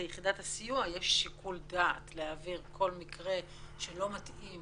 ליחידת הסיוע יש שיקול דעת להעביר כל מקרה שלא מתאים